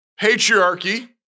Patriarchy